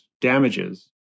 damages